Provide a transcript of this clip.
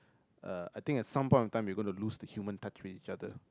uh I think at some point of time we gonna lose the human touch with each other